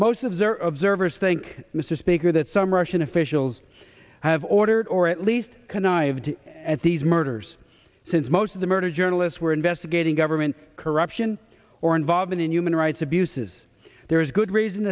most of their observers think mr speaker that some russian officials have ordered or at least connived at these murders since most of the murder journalists were investigating government corruption or involvement in human rights abuses there is good reason